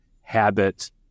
habit